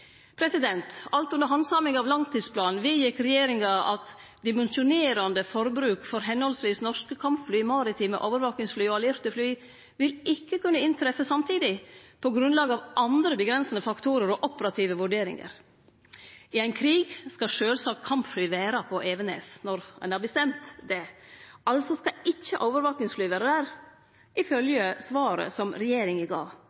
Alt under handsaminga av langtidsplanen vedgjekk regjeringa: dimensjonerende forbruk for henholdsvis norske kampfly, maritime overvåkningsfly og allierte fly vil ikke kunne inntreffe samtidig, på grunnlag av andre begrensende faktorer og operative vurderinger.» I ein krig skal sjølvsagt kampfly vere på Evenes når ein har bestemt det. Altså skal ikkje overvakingsfly vere der, ifylgje svaret som regjeringa gav.